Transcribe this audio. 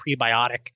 prebiotic